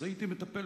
אז הייתי מטפל